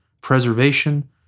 preservation